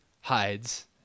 hides